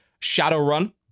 Shadowrun